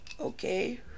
Okay